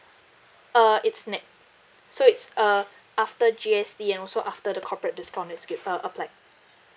uh it's net so it's uh after G_S_T and also after the corporate discount is giv~ uh applied